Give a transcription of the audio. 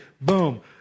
Boom